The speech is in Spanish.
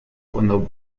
cuando